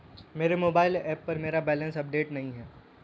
मेरे mobile app पर मेरा बैलेंस अपडेट नहीं है